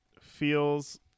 Feels